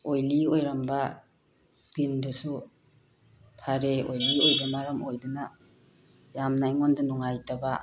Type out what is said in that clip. oily ꯑꯣꯏꯔꯝꯕ ꯁꯀꯤꯟꯗꯁꯨ ꯐꯔꯦ ꯑꯣꯏꯂꯤ ꯑꯣꯏꯕꯅ ꯃꯔꯝ ꯑꯣꯏꯗꯨꯅ ꯌꯥꯝꯅ ꯑꯩꯉꯣꯟꯗ ꯅꯨꯡꯉꯥꯏꯇꯕ